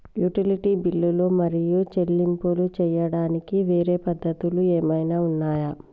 Utility బిల్లులు మరియు చెల్లింపులు చేయడానికి వేరే పద్ధతులు ఏమైనా ఉన్నాయా?